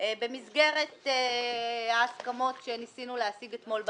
במסגרת ההסכמות שניסינו להשיג אתמול בלילה,